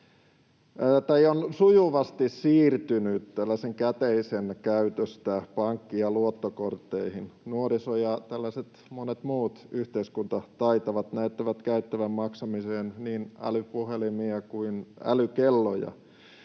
on sujuvasti siirtynyt käteisen käytöstä pankki- ja luottokortteihin. Nuoriso ja monet muut tällaiset yhteiskuntataitavat näyttävät käyttävän maksamiseen niin älypuhelimia kuin älykelloja.